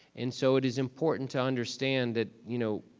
and so it is important to understand that, you know,